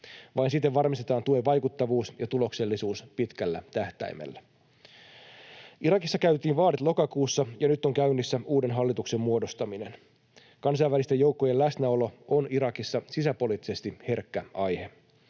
Vain siten varmistetaan tuen vaikuttavuus ja tuloksellisuus pitkällä tähtäimellä. Irakissa käytiin vaalit lokakuussa, ja nyt on käynnissä uuden hallituksen muodostaminen. Kansainvälisten joukkojen läsnäolo on Irakissa sisäpoliittisesti herkkä aihe.